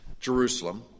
jerusalem